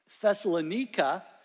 Thessalonica